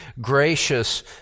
gracious